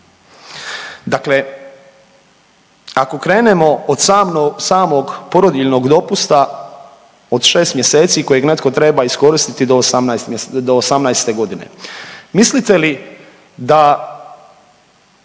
Dakle ako krenemo od samog porodiljnog dopusta od 6 mjeseci kojeg netko treba iskoristiti do 18.g., mislite li da